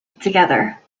together